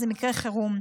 זה מקרה חירום.